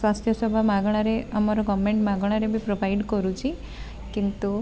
ସ୍ଵାସ୍ଥ୍ୟସେବା ମାଗଣାରେ ଆମର ଗଭର୍ନମେଣ୍ଟ ମାଗଣାରେ ବି ପ୍ରୋବାଇଡ଼୍ କରୁଛି କିନ୍ତୁ